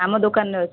ଆମ ଦୋକାନରେ ଅଛି